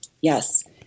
Yes